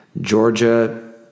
Georgia